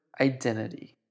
identity